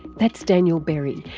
that's daniel berry,